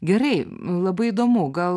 gerai labai įdomu gal